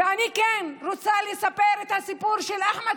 ואני רוצה לספר את הסיפור של אחמד,